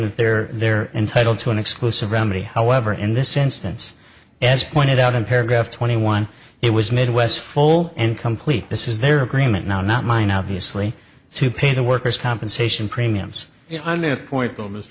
that they're they're entitled to an exclusive remedy however in this instance as pointed out in paragraph twenty one it was midwest full and complete this is their agreement now not mine obviously to pay the workers compensation premiums under the point